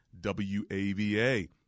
WAVA